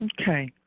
Okay